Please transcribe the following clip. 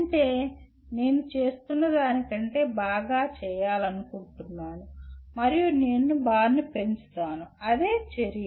అంటే నేను చేస్తున్నదానికంటే బాగా చేయాలనుకుంటున్నాను మరియు నేను బార్ను పెంచుతాను అదే చర్య